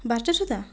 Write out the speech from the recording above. ବାରଟା ସୁଦ୍ଧା